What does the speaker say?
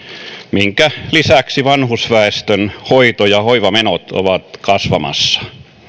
minkä lisäksi vanhusväestön hoito ja hoivamenot ovat kasvamassa